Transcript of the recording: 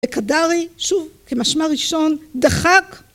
וכדארי שוב כמשמע ראשון דחק